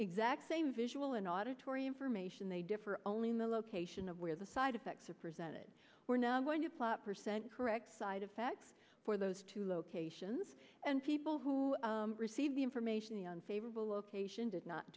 exact same visual and auditory information they differ only in the location of where the side effects are presented we're now going to plot percent correct side effects for those two locations and people who receive the information the unfavorable location did not